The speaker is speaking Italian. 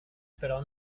però